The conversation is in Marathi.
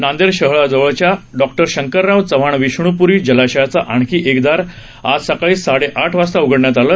नांदेड शहराजवळच्या डॉ शंकरराव चव्हाण विष्णूपूरी जलाशयाचं आणखी एक दार आज सकाळी साडे आठ वाजता उघडण्यात आलं